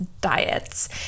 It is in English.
diets